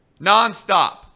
Nonstop